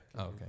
Okay